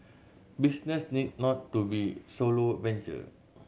business need not to be solo venture